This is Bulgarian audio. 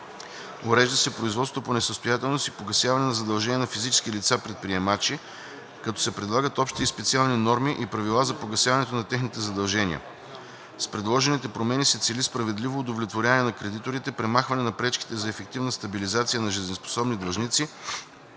Урежда се производството по несъстоятелност и погасяване на задължения на физически лица – предприемачи, като се предлагат общи и специални норми и правила за погасяването на техните задължения. С предложените промени се цели справедливо удовлетворяване на кредиторите, премахване на пречките за ефективна стабилизация на жизнеспособни длъжници